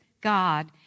god